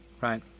right